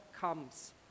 comes